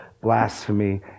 blasphemy